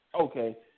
Okay